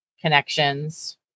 connections